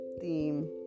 theme